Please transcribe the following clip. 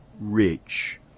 rich